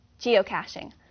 geocaching